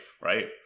Right